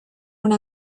una